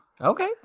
Okay